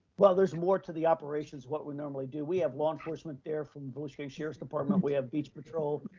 well, there's more to the operations. what we normally do. we have law enforcement there from volusia sheriff's department. we have beach patrol.